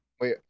Wait